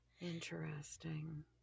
Interesting